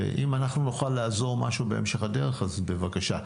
ואם אנחנו נוכל לעזור במשהו בהמשך הדרך, אז בבקשה.